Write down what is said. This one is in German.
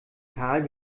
kahl